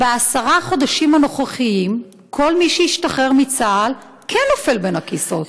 בעשרה החודשים הנוכחיים כל מי שהשתחרר מצה"ל כן נופל בין הכיסאות.